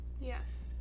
Yes